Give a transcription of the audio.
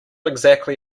exactly